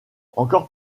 encore